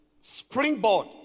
springboard